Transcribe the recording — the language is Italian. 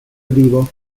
vivo